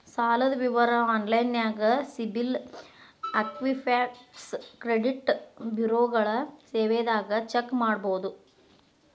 ಸಾಲದ್ ವಿವರ ಆನ್ಲೈನ್ಯಾಗ ಸಿಬಿಲ್ ಇಕ್ವಿಫ್ಯಾಕ್ಸ್ ಕ್ರೆಡಿಟ್ ಬ್ಯುರೋಗಳ ಸೇವೆದಾಗ ಚೆಕ್ ಮಾಡಬೋದು